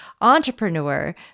Entrepreneur